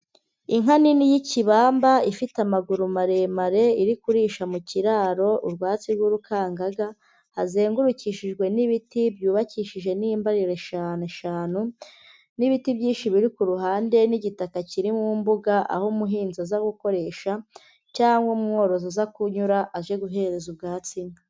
Inka nini y'ikibamba ifite amaguru maremare, iri kurisha mu kiraro, urwatsi bw'urukangaga, hazengurukishijwe n'ibiti, byubakishije n'imbariro eshanu eshanu n'ibiti byinshi biri ku ruhande n'igitaka kiri mu mbuga, aho umuhinzi aza gukoresha, cyangwa umworozi uza kunyura aje guhereza ubwatsi inka.